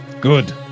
Good